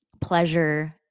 Pleasure